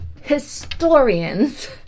historians